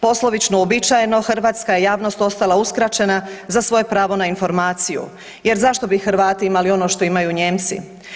Poslovično uobičajeno hrvatska je javnost ostala uskraćena za svoje pravo na informaciju jer zašto bi Hrvati imali ono što imaju Nijemci.